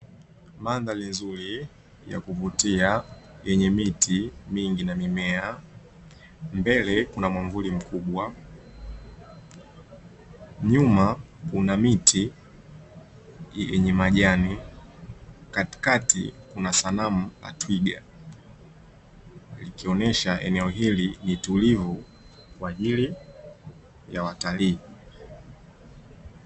Mandhari nzuri ya kuvutia yenye miti mingi na mimea mbele kuna mwavuli mkubwa, nyuma kuna miti yenye majani katikati kuna sanamu la twiga likionyesha eneo hili ni tulivu kwa ajili ya watalii.